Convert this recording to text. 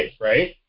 Right